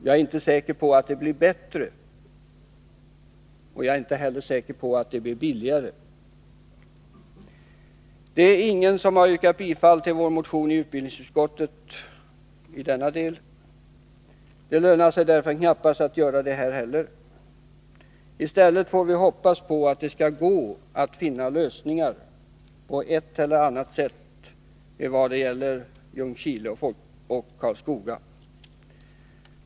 Jag är inte säker på att det blir bättre, och jag är inte heller säker på att det blir billigare. Det är ingen i utbildningsutskottet som yrkat bifall till vår motion i denna del. Det lönar sig därför knappast att göra det här heller. I stället får vi hoppas på att det skall gå att finna lösningar på ett eller annat sätt vad det gäller Ljungskile och Karlskoga.